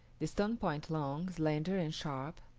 the stone point long, slender, and sharp,